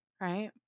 right